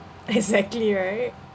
exactly right